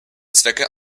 zwecke